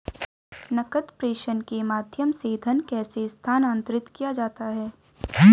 नकद प्रेषण के माध्यम से धन कैसे स्थानांतरित किया जाता है?